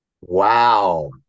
Wow